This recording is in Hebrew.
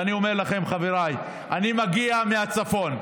ואני אומר לכם, חבריי, אני מגיע מהצפון.